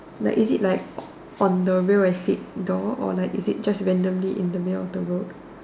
like is it like um on the real estate door or like is it just randomly in the middle of the road